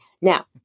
Now